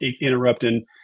interrupting